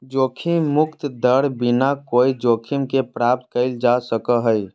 जोखिम मुक्त दर बिना कोय जोखिम के प्राप्त कइल जा सको हइ